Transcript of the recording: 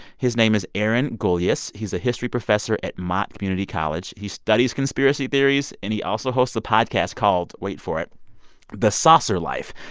his name is aaron gulyas. he's a history professor at mott community college. he studies conspiracy theories. and he also hosts a podcast called wait for it the saucer life,